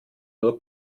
nur